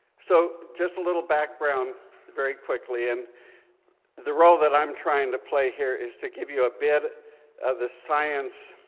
so just a little background very quickly. and the role that i'm trying to play here is to give you a bit of the science,